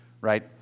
right